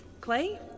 Clay